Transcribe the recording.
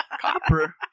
Copper